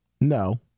No